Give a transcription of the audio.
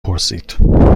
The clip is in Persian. پرسید